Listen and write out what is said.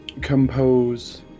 compose